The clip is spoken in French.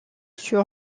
sur